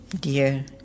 Dear